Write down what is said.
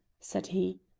said he.